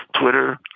Twitter